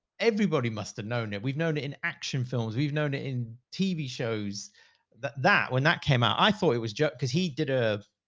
everybody must've known it. we've known it in action films. we've known it in tv shows that, that when that came out, i thought it was joe cause he did a.